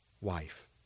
wife